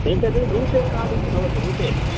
एतत् रूप्यकाणि इति भवति रूपे